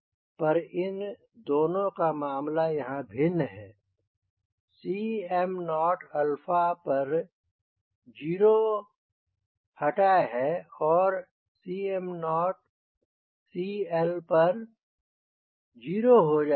पर इन दोनों का मामला यहाँ भिन्न है Cm0 पर 0 हो हटा है और Cm0 CL पर 0 हो जाता है